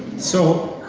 so,